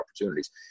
opportunities